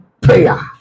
prayer